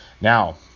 Now